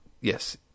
yes